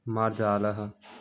मर्जालः